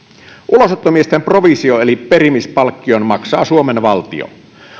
ulosottomiesten provision eli perimispalkkion maksaa suomen valtio